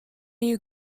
you